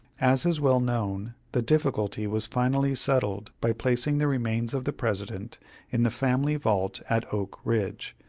as is well known, the difficulty was finally settled by placing the remains of the president in the family vault at oak ridge,